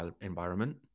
environment